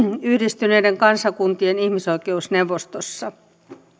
yhdistyneiden kansakuntien ihmisoikeusneuvostossa